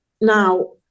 Now